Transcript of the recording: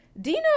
Dino